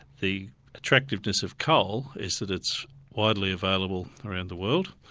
the attractiveness of coal is that it's widely available around the world,